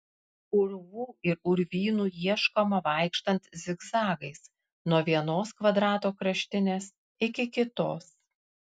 urvų ir urvynų ieškoma vaikštant zigzagais nuo vienos kvadrato kraštinės iki kitos